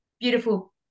beautiful